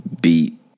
beat